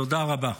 תודה רבה.